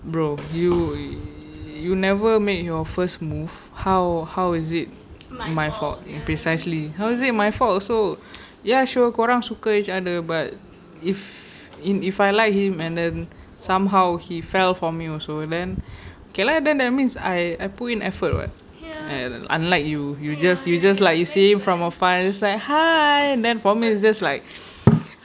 bro you you never make your first move how how is it my fault precisely how is it my fault also ya sure korang suka each other but if if I like him and then somehow he fell for me also and then okay lah then that means I I put in effort [what] and unlike you you just you just like you see from afar and just like hi then for me it's just like